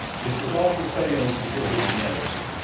if the doctor fails to give his medicine,